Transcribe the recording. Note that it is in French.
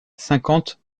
cinquante